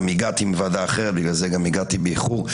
גם הגעתי מוועדה אחרת לכן גם הגעתי באיחור.